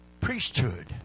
priesthood